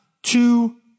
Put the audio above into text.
Two